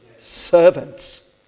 Servants